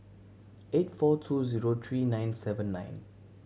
eight four two zero three nine seven nine